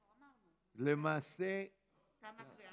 למעשה הקריאה